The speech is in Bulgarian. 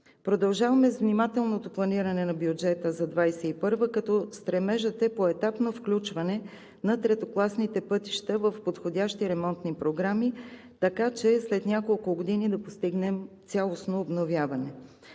Продължаваме с внимателното планиране на бюджета за 2021 г., като стремежът е поетапно включване на третокласните пътища в подходящи ремонтни програми, така че след няколко години да постигнем цялостно обновяване.